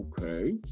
okay